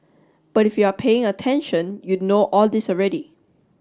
but if you are paying attention you'd know all this already